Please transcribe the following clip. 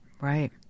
Right